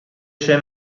suoi